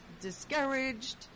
discouraged